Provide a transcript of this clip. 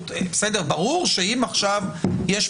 זו